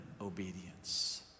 obedience